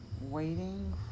waiting